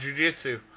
jujitsu